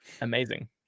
amazing